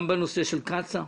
גם בנושא של קצא"א,